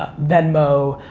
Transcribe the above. venmo,